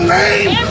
name